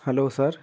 hello sir